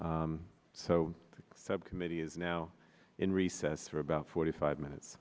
stay so the subcommittee is now in recess for about forty five minutes